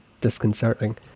disconcerting